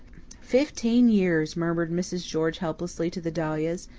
fifteen years! murmured mrs. george helplessly to the dahlias.